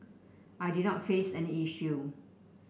I did not face any issue